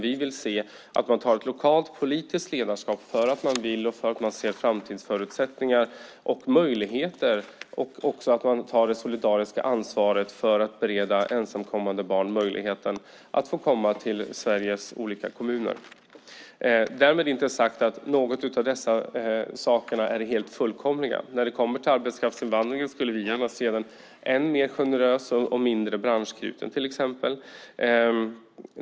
Vi vill se att man tar ett lokalt politiskt ledarskap för att man vill och för att man ser framtidsförutsättningar och möjligheter och att man också tar det solidariska ansvaret för att bereda ensamkommande barn möjligheten att komma till Sveriges olika kommuner. Därmed inte sagt att någon av dessa saker är helt fullkomliga. När det kommer till arbetskraftsinvandringen skulle vi gärna se den än mer generös och till exempel mindre branschknuten.